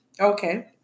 Okay